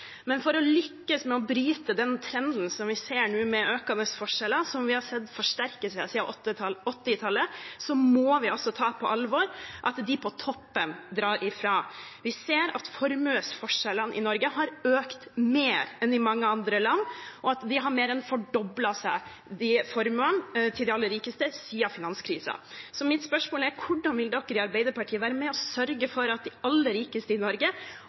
Men for å lykkes med å bryte den trenden med økende forskjeller som vi ser nå, og som vi har sett forsterke seg siden 1980-tallet, må vi ta på alvor at de på toppen drar fra. Vi ser at formuesforskjellene i Norge har økt mer enn i mange andre land, og at formuene til de aller rikeste har mer enn fordoblet seg siden finanskrisen. Så mitt spørsmål er: Hvordan vil Arbeiderpartiet være med og sørge for at de aller rikeste i Norge